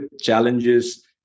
challenges